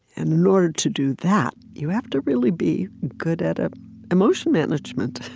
and in order to do that, you have to really be good at ah emotion management.